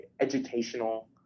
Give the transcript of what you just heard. educational